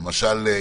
למשל,